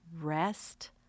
rest